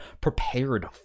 prepared